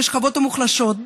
בשכבות המוחלשות,